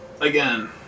again